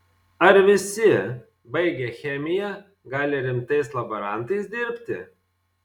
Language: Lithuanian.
ar visi baigę chemiją gali rimtais laborantais dirbti